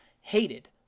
hated